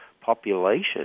population